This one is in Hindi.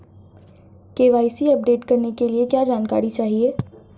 के.वाई.सी अपडेट करने के लिए क्या जानकारी चाहिए?